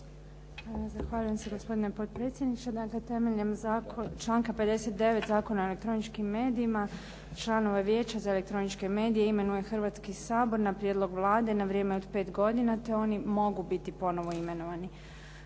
Zahvaljujem se gospodine potpredsjedniče. Dakle, temeljem članka 59. Zakona o elektroničkim medijima članove Vijeća za elektroničke medije imenuje Hrvatski sabor na prijedlog Vlade na vrijeme od 5 godina, te oni mogu biti ponovo imenovani.